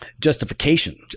Justification